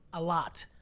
a lot.